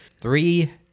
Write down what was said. Three